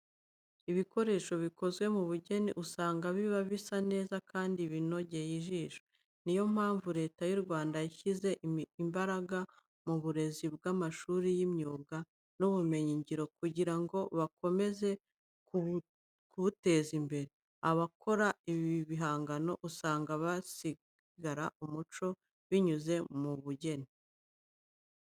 Ibikoresho bikozwe mu bugeni usanga biba bisa neza kandi binogeye ijisho. Niyo mpamvu Leta y'u Rwanda yashyize imbaraga mu burezi bw'amashuri y'imyuga n'ubumenyingiro kugira ngo bakomeze kubuteza imbere. Abakora ibi bihangano, usanga basigasira umuco binyuze mu bugeni.